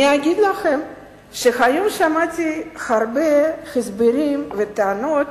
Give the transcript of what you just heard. אני אגיד לכם שהיום שמעתי הרבה הסברים וטענות